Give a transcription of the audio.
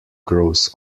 grows